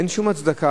אין שום הצדקה.